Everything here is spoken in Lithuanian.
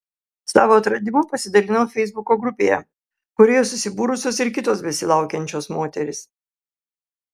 savo atradimu pasidalinau feisbuko grupėje kurioje susibūrusios ir kitos besilaukiančios moterys